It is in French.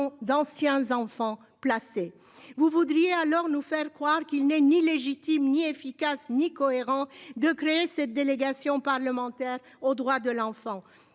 d'anciens enfants placés. Vous voudriez alors nous faire croire qu'il n'est ni légitime, ni efficace ni cohérent de créer cette délégation parlementaire aux droits de l'enfant,